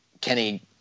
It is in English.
kenny